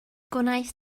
gwnaeth